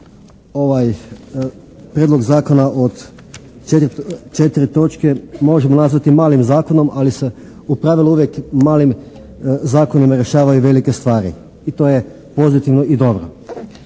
ovaj prijedlog zakona od četiri točke možemo nazvati malim zakonom ali se u pravilu uvijek malim zakonima rješavaju velike stvari. I to je pozitivno i dobro.